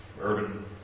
urban